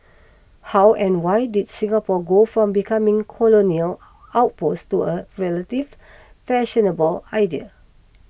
how and why did Singapore go from becoming colonial outpost to a relative fashionable idea